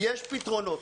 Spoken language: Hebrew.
יש פתרונות.